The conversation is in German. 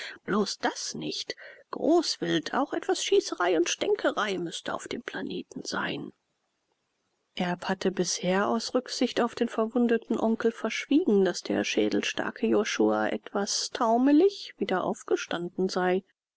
bloß das nicht großwild auch etwas schießerei und stänkerei müßte auf dem planeten sein erb hatte bisher aus rücksicht auf den verwundeten onkel verschwiegen daß der schädelstarke josua etwas taumelig wieder aufgestanden sei